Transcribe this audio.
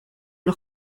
los